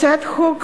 הצעת חוק